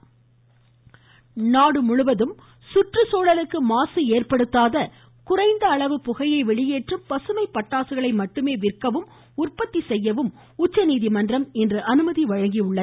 பட்டாசு நாடுமுழுவதும் கற்றுச்சூழலுக்கு மாசு ஏற்படுத்தாத குறைந்த அளவு புகையை வெளியேற்றும் பசுமை பட்டாசுகளை மட்டுமே விற்கவும் உற்பத்தி செய்யவும் உச்சநீதிமன்றம் இன்று அனுமதி வழங்கியுள்ளது